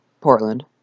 Portland